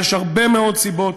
יש הרבה מאוד סיבות,